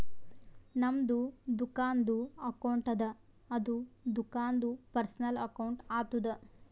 ನಮ್ದು ದುಕಾನ್ದು ಅಕೌಂಟ್ ಅದ ಅದು ದುಕಾಂದು ಪರ್ಸನಲ್ ಅಕೌಂಟ್ ಆತುದ